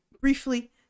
briefly